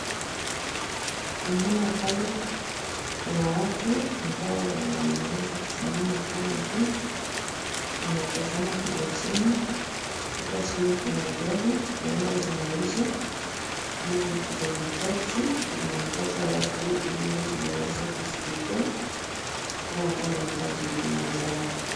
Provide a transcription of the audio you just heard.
Naona pale kuna watu ambao wameweza kusimama pale juu. Wanatazama kule chini. Hapa chini kuna gari, huenda zinauzwa ama ni taxi, zinangoja watu ili waweze kuzichukua wale ambao wanahitaji huduma zao.